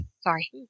Sorry